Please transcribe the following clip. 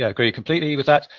ah agree completely with that.